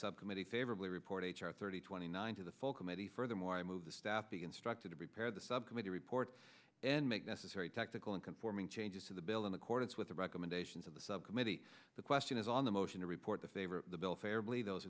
subcommittee favorably report h r thirty twenty nine to the full committee furthermore i move the staff be instructed to prepare the subcommittee report and make necessary technical and conforming changes to the bill in accordance with the recommendations of the subcommittee the question is on the motion to report the favor of the bill fairly those